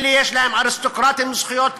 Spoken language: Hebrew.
אלה יש להם, אריסטוקרטים, זכויות כאלה,